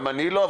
אני לא רב,